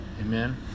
Amen